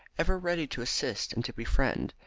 ever ready to assist and to befriend.